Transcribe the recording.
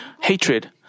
hatred